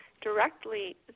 Directly